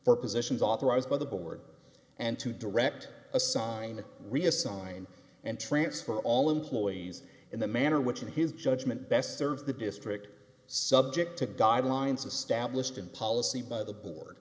for positions authorized by the board and to direct assign reassign and transfer all employees in the manner which in his judgment best serve the district subject to guidelines established in policy by the board